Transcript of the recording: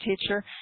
teacher